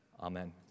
Amen